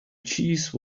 cheese